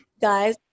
guys